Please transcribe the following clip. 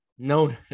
No